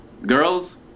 Girls